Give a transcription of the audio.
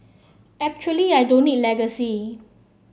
actually I don't need legacy